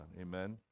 amen